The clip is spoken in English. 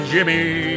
Jimmy